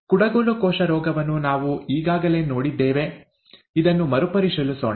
ಕುಡಗೋಲು ಕೋಶ ರೋಗವನ್ನು ನಾವು ಈಗಾಗಲೇ ನೋಡಿದ್ದೇವೆ ಇದನ್ನು ಮರುಪರಿಶೀಲಿಸೋಣ